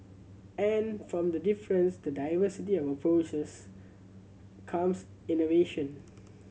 and from the difference the diversity of approaches comes innovation